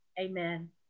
Amen